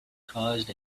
caused